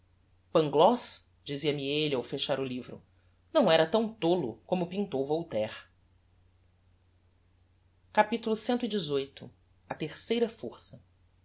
pangloss dizia-me elle ao fechar o livro não era tão tolo como o pintou voltaire capitulo cxviii a terceira força